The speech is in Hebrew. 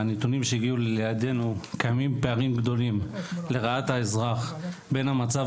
שהגיעו לידינו קיימים פערים גדולים לרעת האזרח בין המצב